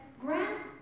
grant